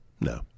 No